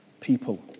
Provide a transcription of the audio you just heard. people